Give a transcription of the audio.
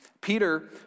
Peter